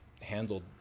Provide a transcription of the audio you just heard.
handled